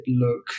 look